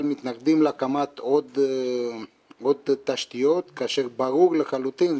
מתנגדים להקמת עוד תשתיות כאשר ברור לחלוטין,